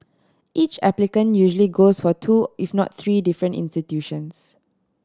each applicant usually goes for two if not three different institutions